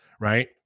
right